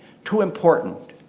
too important.